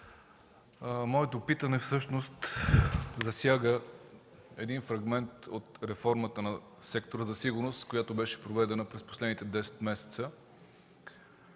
Моето питане всъщност засяга един фрагмент от реформата на Сектора за сигурност, която беше проведена през последните десет месеца